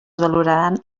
valoraran